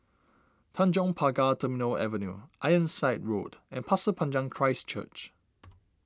Tanjong Pagar Terminal Avenue Ironside Road and Pasir Panjang Christ Church